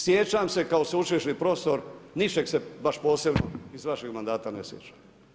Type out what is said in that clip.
Sjećam se kao sveučilišni profesor, ničeg se baš posebno iz vašeg mandata ne sjećam.